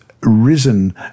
risen